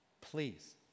Please